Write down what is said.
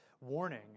warning